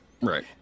Right